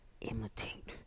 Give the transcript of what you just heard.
imitate